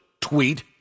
tweet